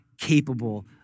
capable